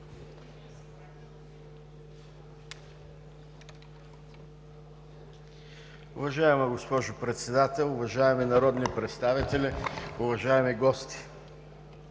Уважаема госпожо Председател, уважаеми народни представители, уважаеми гости!